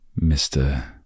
Mr